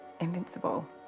Invincible